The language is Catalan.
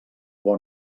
bon